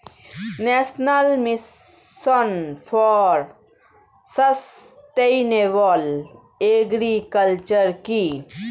National mission for sustainable agriculture কি?